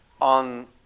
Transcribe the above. on